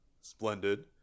splendid